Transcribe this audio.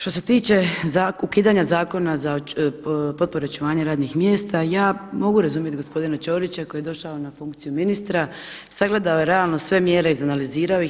Što se tiče ukidanja Zakona za potpore očuvanja radnih mjesta ja mogu razumjet gospodina Ćorića koji je došao na funkciju ministra, sagledao je realno sve mjere, izanalizirao ih.